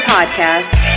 Podcast